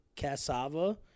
Cassava